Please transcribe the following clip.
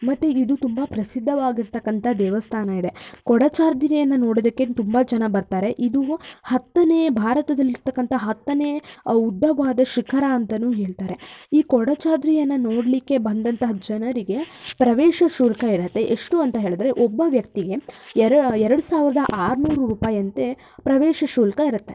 ಮತ್ತು ಇದು ತುಂಬ ಪ್ರಸಿದ್ದವಾಗಿರ್ತಕ್ಕಂಥ ದೇವಸ್ಥಾನ ಇದೆ ಕೊಡಚಾದ್ರಿಯನ್ನು ನೋಡೋದಕ್ಕೆ ತುಂಬ ಜನ ಬರ್ತಾರೆ ಇದು ಹತ್ತನೇ ಭಾರತದಲ್ಲಿರ್ತಕ್ಕಂಥ ಹತ್ತನೇ ಉದ್ದವಾದ ಶಿಖರ ಅಂತಾನೂ ಹೇಳ್ತಾರೆ ಈ ಕೊಡಚಾದ್ರಿಯನ್ನು ನೋಡಲಿಕ್ಕೆ ಬಂದಂಥ ಜನರಿಗೆ ಪ್ರವೇಶ ಶುಲ್ಕ ಇರತ್ತೆ ಎಷ್ಟು ಅಂತ ಹೇಳಿದ್ರೆ ಒಬ್ಬ ವ್ಯಕ್ತಿಗೆ ಎರ ಎರಡು ಸಾವಿರದ ಆರುನೂರು ರೂಪಾಯಿಯಂತೆ ಪ್ರವೇಶ ಶುಲ್ಕ ಇರುತ್ತೆ